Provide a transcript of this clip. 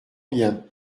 bien